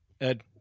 Ed